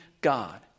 God